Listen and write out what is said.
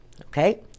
Okay